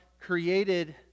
created